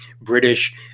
British